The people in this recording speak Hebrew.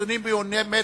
ונתונים ביומטריים,